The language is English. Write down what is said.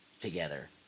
together